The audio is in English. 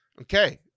Okay